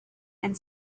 and